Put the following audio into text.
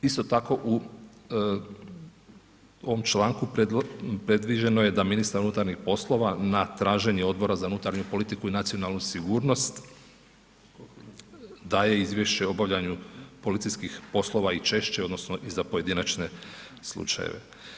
Isto tako, u ovom članku predviđeno je da ministar unutarnjih poslova na traženje Odbora za unutarnju politiku i nacionalnu sigurnost, daje izvješće o obavljanju policijskih poslova i češće, odnosno i za pojedinačne slučajeve.